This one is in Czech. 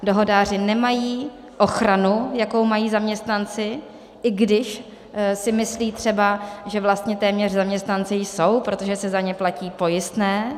Dohodáři nemají ochranu, jakou mají zaměstnanci, i když si myslí třeba, že vlastně téměř zaměstnanci jsou, protože se za ně platí pojistné.